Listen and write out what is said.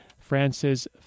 France's